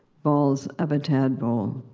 balls of a tadpole.